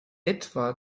etwa